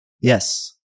Yes